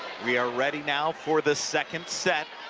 we are ready now for the second set